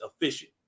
efficient